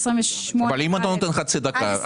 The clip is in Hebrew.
בסעיף 28א. אם אתה נותן חצי דקה,